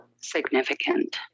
Significant